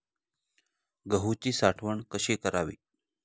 गहूची साठवण कशी करावी?